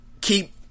keep